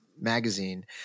magazine